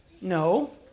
No